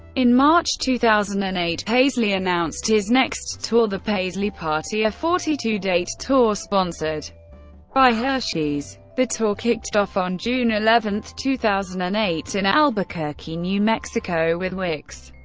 in march two thousand and eight, paisley announced his next tour, the paisley party, a forty two date tour sponsored by hershey's. the tour kicked off on june eleven, two thousand and eight, in albuquerque, new mexico, with wicks,